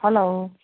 hello